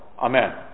Amen